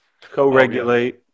co-regulate